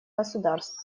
государств